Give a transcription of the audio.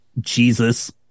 Jesus